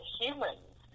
humans